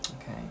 Okay